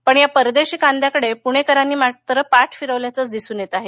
पण या परदेशी कांद्याकडे पुणेकरांनी मात्र पाठ फिरवल्याचंच दिसून येत आहे